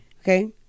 Okay